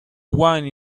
wine